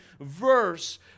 verse